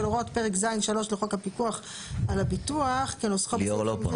הוראות פרק ז'3 לחוק הפיקוח על הביטוח כנוסחו בסעיף 73